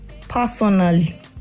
personally